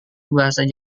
bahasa